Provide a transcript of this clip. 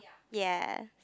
ya